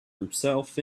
himself